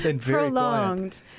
Prolonged